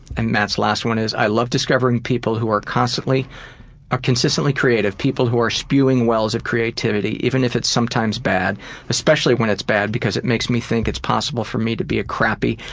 and matt's last one is i love discovering people who are consistently ah consistently creative people who spewing wells of creativity, even if it's sometimes bad especially when it's bad because it makes me think it's possible for me to be a crappy,